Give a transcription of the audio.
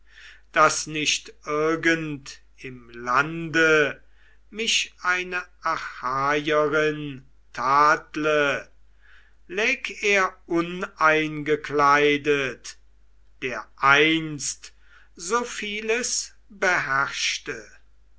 daß nicht irgend im lande mich eine achaierin tadle lag er uneingekleidet der einst so vieles beherrschte